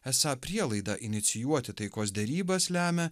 esą prielaida inicijuoti taikos derybas lemia